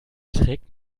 trägt